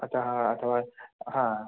अतः अथवा ह